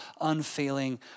unfailing